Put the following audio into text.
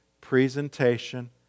presentation